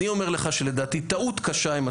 אני אומר לך שלדעתי הם עשו טעות קשה.